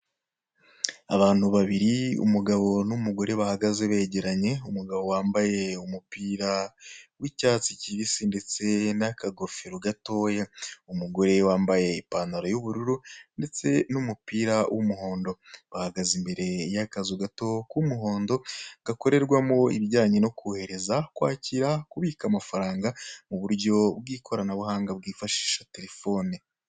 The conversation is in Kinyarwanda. Abantu babiri, umugabo n'umugore bahagaze begeranye, umugabo wambaye umupira w'icyatsi kibisi ndetse n'akagofero gatoya, umugore wambaye ipantaro y'ubururu ndetse n'umupira w'umuhondo, bahagaze imbere y'akazu gato k'umuhondo, gakorerwamo ibijyanye no kohereza, kwakira, kubika amafaranga mu buryo bw'ikoranabuhanga bwifashisha telefoni.